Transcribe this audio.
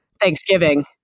Thanksgiving